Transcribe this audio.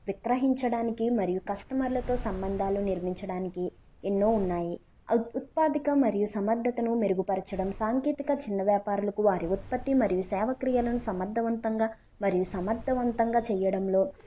విక్రహించడానికి మరియు కస్టమర్లతో సంబంధాలు నిర్మించడానికి ఎన్నో ఉన్నాయి ఎ ఉత్పాదిక మరియు సమర్ధతను మెరుగుపరచడం సాంకేతిక చిన్న వ్యాపారులకు వారి ఉత్పత్తి మరియు సేవక్రియలను సమర్ధవంతంగా మరియు సమర్థవంతంగా చేయడంలో